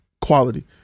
quality